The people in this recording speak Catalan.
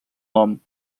nom